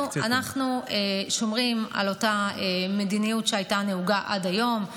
אנחנו שומרים על אותה מדיניות שהייתה נהוגה עד היום,